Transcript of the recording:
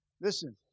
listen